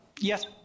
yes